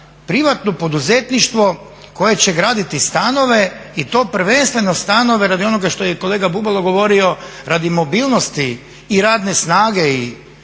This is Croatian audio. privatno poduzetništvo koje će graditi stanove i to prvenstveno stanove radi onoga što je i kolega Bubalo govorio radi mobilnosti i radne snage i